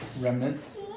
remnants